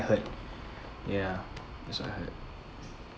heard ya that's what I heard